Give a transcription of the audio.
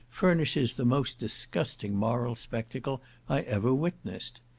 furnishes the most disgusting moral spectacle i ever witnessed.